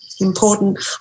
important